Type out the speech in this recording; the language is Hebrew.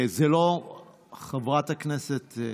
חברת הכנסת,